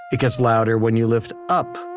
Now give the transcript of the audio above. it gets louder when you lift up.